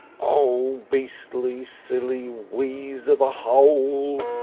oh! beastly silly wheeze of a hole!